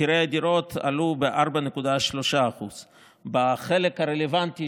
מחירי הדירות עלו ב-4.3%; בחלק הרלוונטי